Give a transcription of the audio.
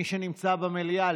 מי שנמצא במליאה,